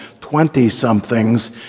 twenty-somethings